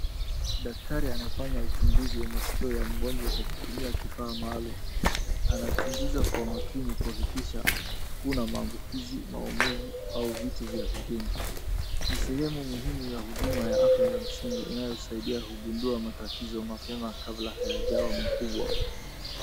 Daktari anafanya uchunguzi wa maskio ya mgonjwa kwa kutumia kifaa maalum. Anachunguza kwa makina kuhakikisha, hakuna maambukizi, maumivu au vitu vya vigeni. Ni sehemu muhimu ya huduma ya afya ya msingi inayosaidia kugundua matatizo mapema kabla hayajawa makubwa.